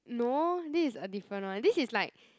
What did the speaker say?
no this is a different [one] this is like